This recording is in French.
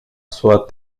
soit